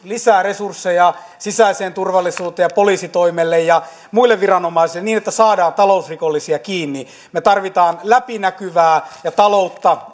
lisää resursseja sisäiseen turvallisuuteen ja poliisitoimelle ja muille viranomaisille niin että saadaan talousrikollisia kiinni me tarvitsemme läpinäkyvää ja taloutta